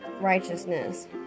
righteousness